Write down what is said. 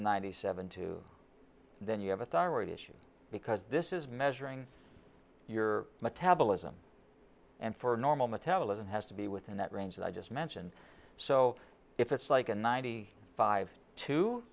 ninety seven two then you have a thyroid issue because this is measuring your metabolism and for normal metabolism has to be within that range that i just mentioned so if it's like a ninety five t